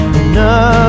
enough